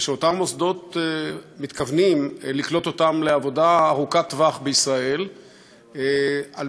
ואותם מוסדות מתכוונים לקלוט אותם לעבודה ארוכת טווח בישראל על